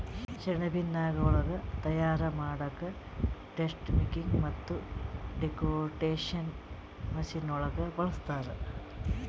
ಸೆಣಬಿನ್ ನಾರ್ಗೊಳ್ ತಯಾರ್ ಮಾಡಕ್ಕಾ ಡೆಸ್ಟಮ್ಮಿಂಗ್ ಮತ್ತ್ ಡೆಕೊರ್ಟಿಕೇಷನ್ ಮಷಿನಗೋಳ್ ಬಳಸ್ತಾರ್